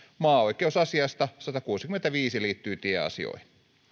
maaoikeusasiasta satakuusikymmentäviisi liittyi tieasioihin